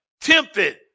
tempted